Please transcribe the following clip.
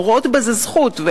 אנחנו רואות בזה זכות.